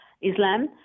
Islam